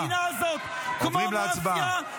אתם רוצים להנהיג את המדינה הזאת כמו מאפיה -- עוברים להצבעה.